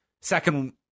Second